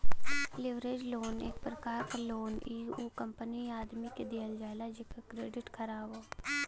leverage loan एक प्रकार क लोन इ उ कंपनी या आदमी के दिहल जाला जेकर क्रेडिट ख़राब हौ